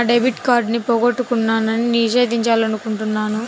నేను నా డెబిట్ కార్డ్ని పోగొట్టుకున్నాని నివేదించాలనుకుంటున్నాను